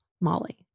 MOLLY